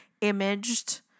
imaged